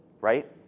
right